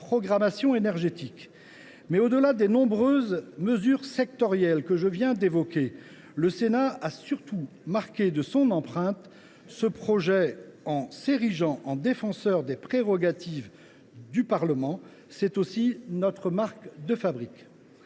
de Daniel Gremillet. Au delà des nombreuses mesures sectorielles que je viens d’évoquer, le Sénat a surtout marqué de son empreinte ce projet de loi en s’érigeant en défenseur des prérogatives du Parlement. Cela aussi, c’est notre marque de fabrique